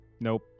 nope